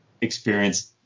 experience